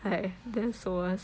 I that's worse